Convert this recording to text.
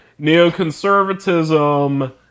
Neoconservatism